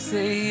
Say